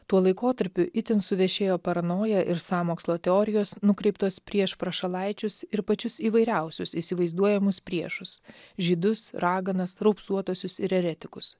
tuo laikotarpiu itin suvešėjo paranoja ir sąmokslo teorijos nukreiptos prieš prašalaičius ir pačius įvairiausius įsivaizduojamus priešus žydus raganas raupsuotuosius ir eretikus